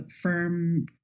firm